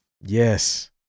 yes